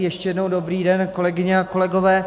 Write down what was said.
Ještě jednou dobrý den, kolegyně a kolegové.